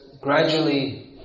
gradually